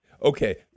Okay